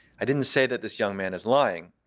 i didn't say that this young man is lying.